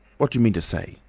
what do you mean to say?